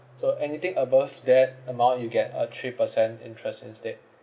so anything above that amount you get a three percent interest instead